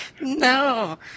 No